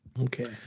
Okay